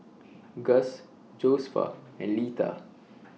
Guss Josefa and Litha